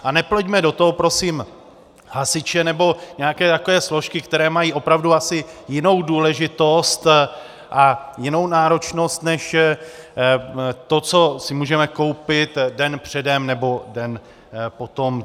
A nepleťme do toho prosím hasiče nebo nějaké takové složky, které mají opravdu asi jinou důležitost a jinou náročnost než to, co si můžeme koupit den předem nebo den potom.